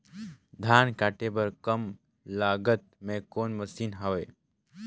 धान काटे बर कम लागत मे कौन मशीन हवय?